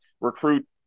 recruit